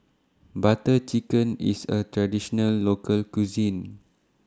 Butter Chicken IS A Traditional Local Cuisine